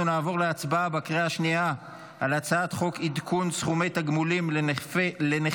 אנחנו נעבור להצבעה בקריאה השנייה על הצעת חוק עדכון סכומי תגמולים לנכי